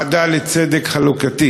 מיקי זוהר, הוועדה לצדק חלוקתי.